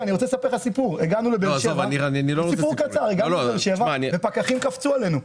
סיפור קצר, הגענו לבאר שבע ופקחים קפצו עלינו.